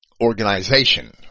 organization